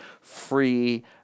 free